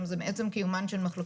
אני רוצה לעבור למר אלון ברמי,